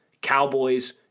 Cowboys